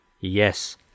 yes